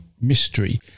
mystery